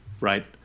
Right